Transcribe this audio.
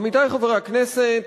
עמיתי חברי הכנסת,